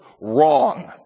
Wrong